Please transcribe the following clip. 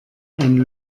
ein